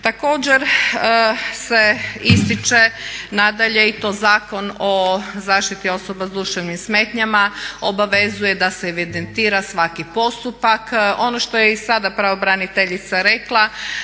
Također se ističe nadalje i to Zakon o zaštiti osoba sa duševnim smetnjama, obavezuje da se evidentira svaki postupak. Ono što je i sada pravobraniteljica rekla